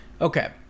Okay